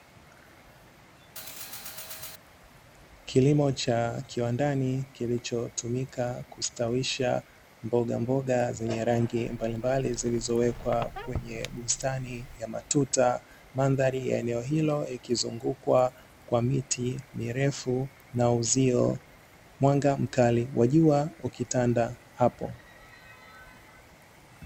Kilimo cha kiwandani kilichotumika kustawisha mbogamboga zenye rangi mbalimbali zilizowekwa kwenye bustani ya matuta. Mandhari ya eneo hilo ikizungukwa na miti mirefu na uzio. Mwanga mkali wa jua ukitanda hapo.